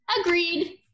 Agreed